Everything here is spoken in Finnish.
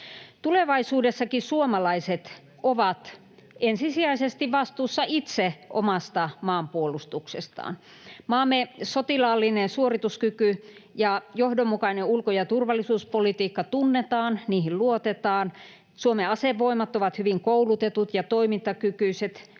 Tulevaisuudessakin suomalaiset ovat ensisijaisesti vastuussa itse omasta maanpuolustuksestaan. Maamme sotilaallinen suorituskyky ja johdonmukainen ulko- ja turvallisuuspolitiikka tunnetaan ja niihin luotetaan, Suomen asevoimat ovat hyvin koulutetut ja toimintakykyiset, pitkien